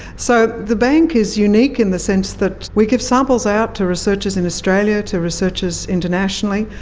so the bank is unique in the sense that we give samples out to researchers in australia, to researchers internationally,